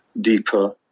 deeper